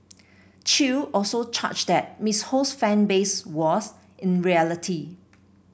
Chew also charged that Miss Ho's fan base was in reality